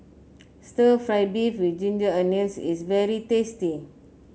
stir fry beef with Ginger Onions is very tasty